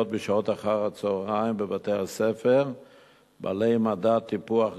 בשעות אחר-הצהריים בבתי-ספר בעלי מדד טיפוח גבוה,